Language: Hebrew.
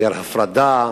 גדר הפרדה.